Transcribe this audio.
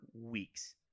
weeks